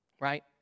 right